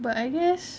but I guess